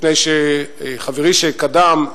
כי חברי שקדם,